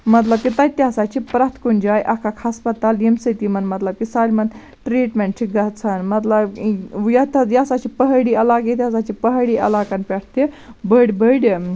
مَطلَب کہ تَتہِ تہٕ ہَسا چھ پرٮ۪تھ کُنہِ جایہِ اکھ اکھ ہَسپَتال یمہِ سۭتۍ یِمَن مَطلَب کہِ سٲلمَن ٹریٖٹمنٹ چھ گَژھان مطلب ییٚتھس یہِ ہَسا چھ پہٲڑی عَلاقہٕ ییٚتہِ ہَسا چھ پہٲڑی عَلاقَن پٮ۪ٹھ تہِ بٔڑۍ بٔڑۍ